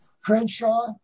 Crenshaw